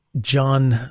John